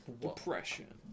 Depression